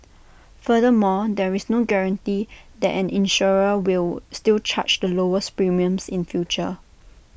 furthermore there is no guarantee that an insurer will still charge the lowest premiums in future